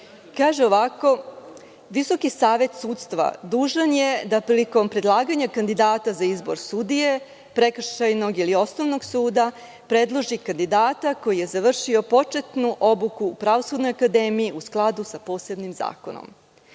Kaže se – Visoki savet sudstva dužan je da prilikom predlaganja kandidata za izbor sudija prekršajnog ili osnovnog suda predloži kandidata koji je završio početnu obuku Pravosudne akademije u skladu sa posebnim zakonom. Dakle,